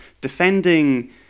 Defending